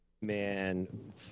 Man